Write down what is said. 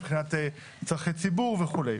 מבחינת צרכי ציבור וכו'.